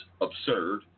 absurd